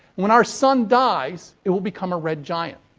when our sun dies, it will become a red giant.